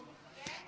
כן.